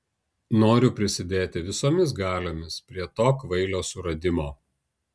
noriu prisidėti visomis galiomis prie to kvailio suradimo